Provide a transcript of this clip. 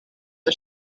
are